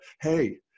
hey